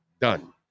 done